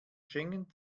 schengen